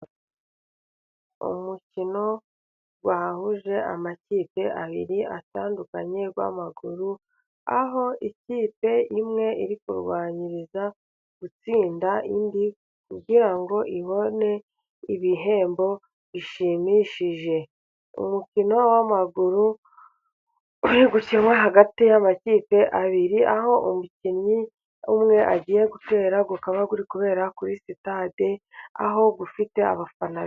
Umukino wahuje amakipe abiri atandukanye w'amaguru, aho ikipe imwe iri kurwaniriza gutsinda indi, kugira ngo ibone ibihembo bishimishije. Umukino w'amaguru uri gukinwa hagati y'amakipe abiri; aho umukinnyi umwe agiye gutera, ukaba uri kubera kuri sitade, aho ufite abafana.